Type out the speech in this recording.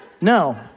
No